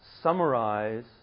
summarize